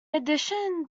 addition